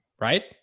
right